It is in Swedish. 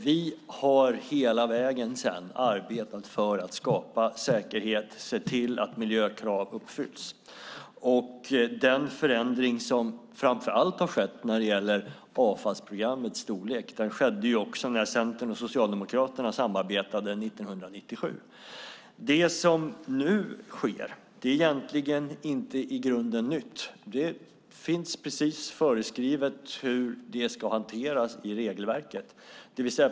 Vi har hela vägen sedan dess arbetat för att skapa säkerhet och se till att miljökrav uppfylls. Den förändring som framför allt har skett när det gäller avfallsprogrammets storlek skedde när Centern och Socialdemokraterna samarbetade 1997. Det som nu sker är egentligen inget nytt i grunden. Det finns precis föreskrivet hur det ska hanteras i regelverket.